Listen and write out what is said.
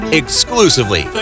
exclusively